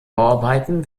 bauarbeiten